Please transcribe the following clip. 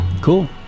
Cool